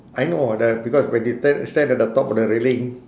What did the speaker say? I know the because when you ta~ stand at the top of the railing